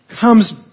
comes